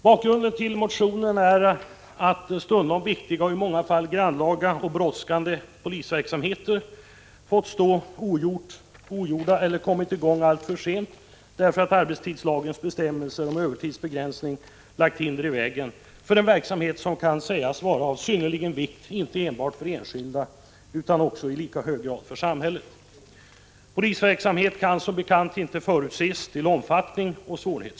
Bakgrunden till motionen är den att viktiga och i många fall grannlaga och brådskande polisverksamheter stundom fått stå ogjorda eller kommit i gång alltför sent därför att arbetstidslagens bestämmelser om övertidsbegränsning lagt hinder i vägen. Det gäller här verksamheter som sägas vara av synnerlig vikt inte enbart för enskilda utan i lika hög grad för samhället. Omfattningen och svårighetsgraden av de polisinsatser som behövs kan som bekant inte fastställas i förväg.